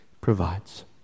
provides